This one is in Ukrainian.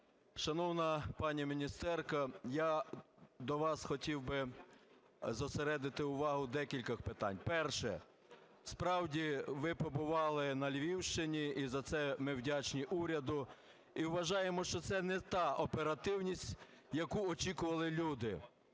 Шановна пані міністерка, я до вас хотів зосередити увагу декількох питань. Перше. Справді, ви побували на Львівщині, і за це ми вдячні уряду, і вважаємо, що це не та оперативність, яку очікували люди,